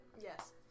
Yes